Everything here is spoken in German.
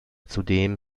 zudem